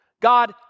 God